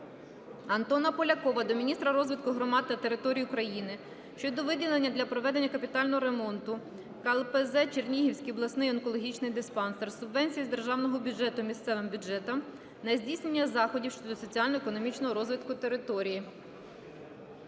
Антона Полякова до міністра розвитку громад та територій України щодо виділення для проведення капітального ремонту КЛПЗ "Чернігівський обласний онкологічний диспансер" субвенції з державного бюджету місцевим бюджетам на здійснення заходів щодо соціально-економічного розвитку території.